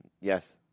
Yes